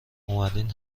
اومدین